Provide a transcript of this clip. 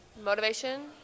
motivation